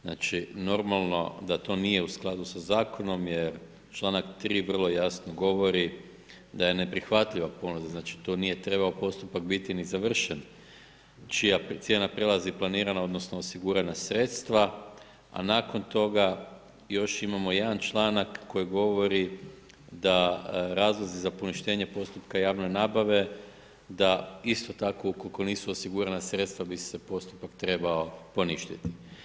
Znači, normalno, da to nije u skladu sa zakonom, jer čl. 3. vrlo jasno govori da je neprihvatljiva ponuda, znači tu nije trebao postupak biti ni završen, čija cijena prelazi planirana, odnosno, osigurana sredstva, a nakon toga, još imamo jedan članak, koji govori da razlozi za poništenje postupka javne nabave, da isto tako, ukoliko nisu osigurana sredstva bi se postupak trebao poništiti.